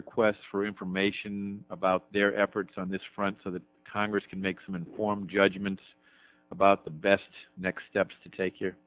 requests for information about their efforts on this front so that congress can make some informed judgments about the best next steps to take you